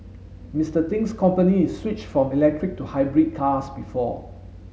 Mister Ting's company switched from electric to hybrid cars before